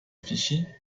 vichy